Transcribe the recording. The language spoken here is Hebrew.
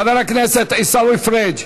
חבר הכנסת עיסאווי פריג'.